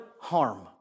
harm